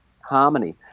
harmony